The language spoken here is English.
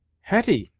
hetty!